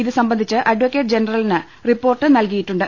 ഇത് സംബന്ധിച്ച് അഡക്കറ്റ് ജനറലിന് റിപ്പോർട്ട് നൽകിയിട്ടുണ്ട്